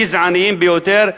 גזעניים ביותר,